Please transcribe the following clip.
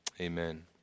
amen